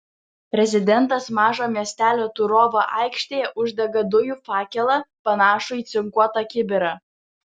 prezidentas mažo miestelio turovo aikštėje uždega dujų fakelą panašų į cinkuotą kibirą